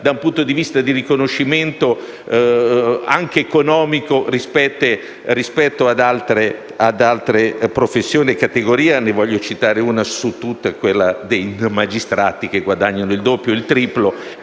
dal punto di vista del riconoscimento anche economico, rispetto ad altre professioni e categorie (ne voglio citare una su tutte: quella dei magistrati, che guadagnano il doppio o il triplo